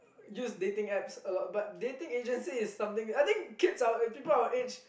used dating apps a lot but dating agencies is something I think kids people our age